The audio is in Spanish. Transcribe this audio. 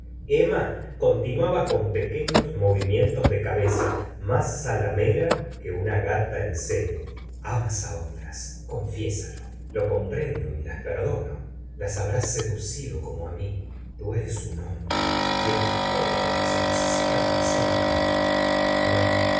emma continuaba con pequeños movimientos de cabeza más zalamera que una gata en celo amas á otras confiésalo lo comprendo y las perdono las habrás seducido como á mi tú eres un hombre tienes todo lo que se necesita para ser amado pero